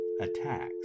attacks